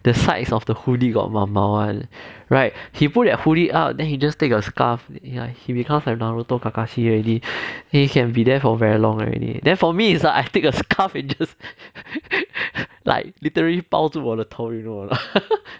the sides of the hoodie got 毛毛 one right he put that hoodie up then he just take a scarf ya he become naruto kakashi already he can be there for very long already then for me it's uh I take the scarf and just like literary 包住我的头 you know or not